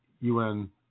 UN